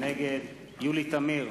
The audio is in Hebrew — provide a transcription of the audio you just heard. נגד יולי תמיר,